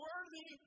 Worthy